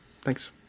thanks